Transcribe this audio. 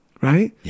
Right